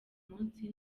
munsi